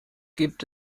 gibt